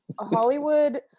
hollywood